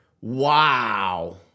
Wow